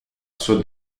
sua